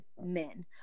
men